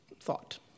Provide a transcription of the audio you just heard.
thought